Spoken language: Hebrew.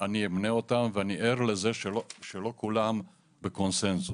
שלב עוד מקדים,